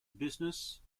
business